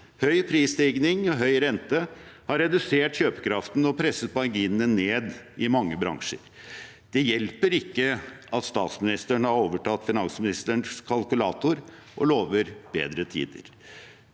Høy prisstigning og høy rente har redusert kjøpekraften og presset marginene ned i mange bransjer. Det hjelper ikke at statsministeren har overtatt finansministerens kalkulator og lover bedre tider.